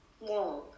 long